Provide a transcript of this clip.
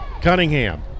Cunningham